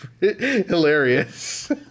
hilarious